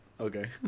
Okay